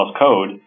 code